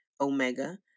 Omega